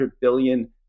billion